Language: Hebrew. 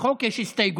לחוק יש הסתייגויות.